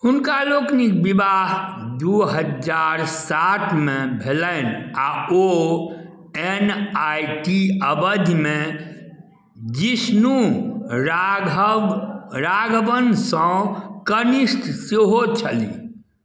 हुनका लोकनिक विवाह दू हजार सात मे भेलैनि आ ओ एन आइ टी अवधिमे जिष्णु राघवनसँ कनिष्ठ सेहो छलीह